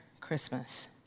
Christmas